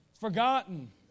Forgotten